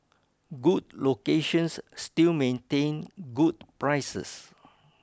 good locations still maintain good prices